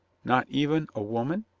not even a woman?